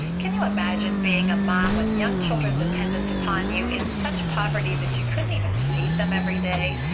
can you imagine being a mom, with young children dependent upon you, in such poverty that you couldn't even feed them every day.